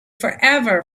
forever